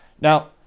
Now